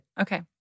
Okay